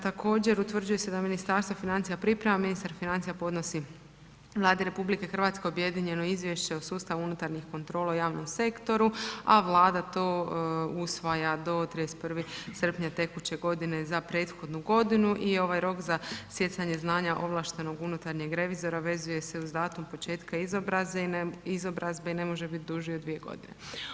Također, utvrđuje se da Ministarstvo financija priprema, ministar financija podnosi Vladi RH objedinjeno izvješće o sustavu unutarnjih kontrola u javnom sektoru a Vlada to usvaja do 31. srpnja tekuće godine za prethodnu godinu i ovaj rok za stjecaje znanja ovlaštenog unutarnjeg revizora vezuje se uz datum početka izobrazbe i ne može biti duži od 2 godine.